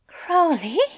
Crowley